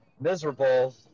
miserable